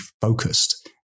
focused